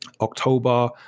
october